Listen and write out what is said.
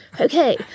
okay